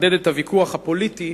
ולחדד את הוויכוח הפוליטי